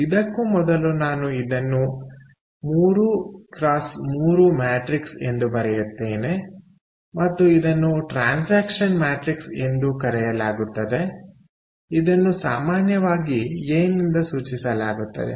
ಇದಕ್ಕೂ ಮೊದಲು ನಾನು ಇದನ್ನು 3 x 3 ಮ್ಯಾಟ್ರಿಕ್ಸ್ ಎಂದು ಬರೆಯುತ್ತೇನೆ ಮತ್ತು ಇದನ್ನು ಟ್ರಾನ್ಸಾಕ್ಷನ್ ಮ್ಯಾಟ್ರಿಕ್ಸ್ ಎಂದೂ ಕರೆಯಲಾಗುತ್ತದೆ ಇದನ್ನು ಸಾಮಾನ್ಯವಾಗಿ ಎ ನಿಂದ ಸೂಚಿಸಲಾಗುತ್ತದೆ